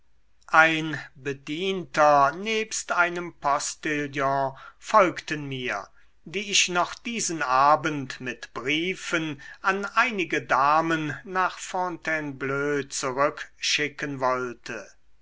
ein bedienter nebst einem postillon folgten mir die ich noch diesen abend mit briefen an einige damen nach fontainebleau zurückschicken wollte